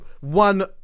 one